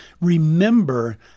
remember